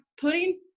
putting